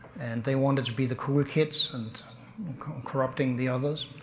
and they wanted to be the cool kids and corrupting the others.